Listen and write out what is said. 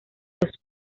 los